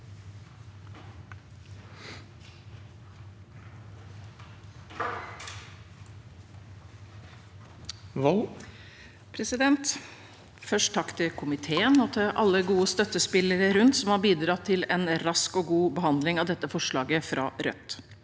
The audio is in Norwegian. for saken): Først en takk til komiteen og alle gode støttespillere rundt som har bidratt til en rask og god behandling av dette forslaget fra Rødt.